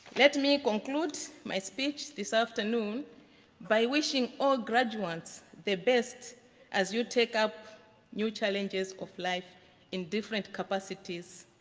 let me conclude my speech this afternoon by wishing all graduates the best as you take up new challenges of life in different capacities,